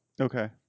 okay